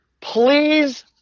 please